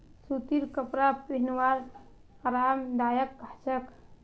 सूतीर कपरा पिहनवार आरामदायक ह छेक